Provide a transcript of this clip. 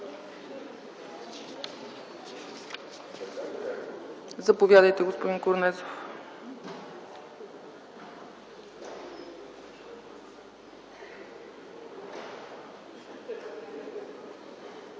Заповядайте, господин Корнезов.